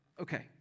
Okay